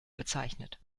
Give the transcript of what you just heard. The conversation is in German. bezeichnet